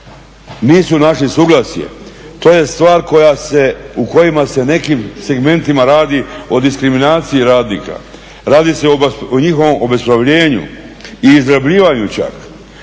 Nisu našli suglasje, to je stvar u kojima se u nekim segmentima radi o diskriminaciji radnika, radi se o njihovom obespravljenju i izrabljivanju čak